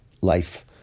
Life